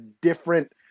different